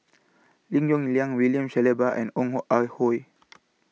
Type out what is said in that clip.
Lim Yong Liang William Shellabear and Ong Ah Hoi